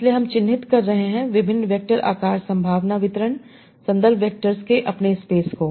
इसलिए हम चिह्नित कर रहे हैं विभिन्न वेक्टर आकार संभावना वितरण संदर्भ वेक्टर्स के अपने स्पेस को